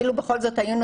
הישיבה